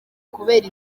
kubera